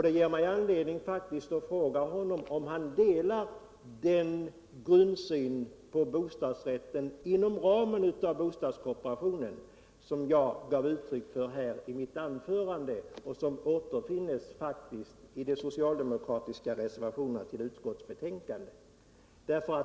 Det ger mig faktiskt anledning att fråga honom om han delar den grundsyn på bostadsrätt inom ramen för bostadskooperationen som jag gav uttryck för i mitt anförande och som återfinns i de socialdemokratiska reservationerna till utskottsbetänkandet.